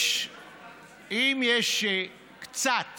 קצת